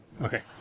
Okay